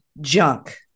junk